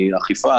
זה בעיקר אכיפה.